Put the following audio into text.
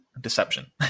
deception